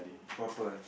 flopper